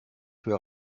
für